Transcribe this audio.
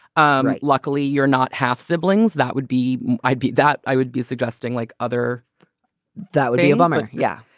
um like luckily, you're not half siblings. that would be i'd be that i would be suggesting like other that would be a bummer. yeah,